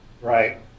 Right